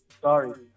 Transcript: Sorry